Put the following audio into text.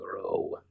grow